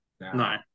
No